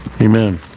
Amen